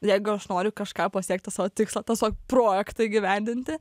jeigu aš noriu kažką pasiekti savo tikslo tiesiog projektą įgyvendinti